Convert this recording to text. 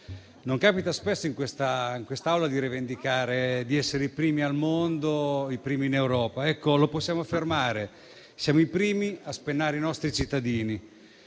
Non capita spesso, in questa Aula, di rivendicare di essere i primi al mondo ed i primi in Europa. Oggi possiamo affermare siamo i primi a spennare i nostri cittadini.